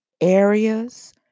areas